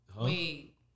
Wait